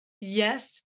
Yes